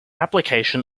application